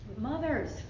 Mothers